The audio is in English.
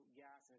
gas